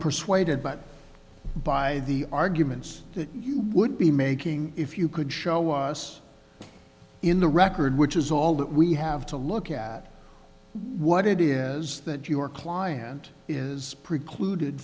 persuaded but by the arguments that you would be making if you could show us in the record which is all that we have to look at what it is that your client is precluded